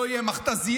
לא יהיו מכת"זיות,